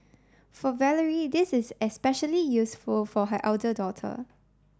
for Valerie this is especially useful for her elder daughter